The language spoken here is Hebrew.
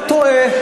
אתה טועה.